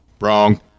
wrong